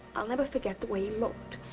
i'll never forget the way he looked.